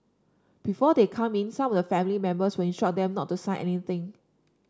before they come in some of their family members will instruct them not to sign anything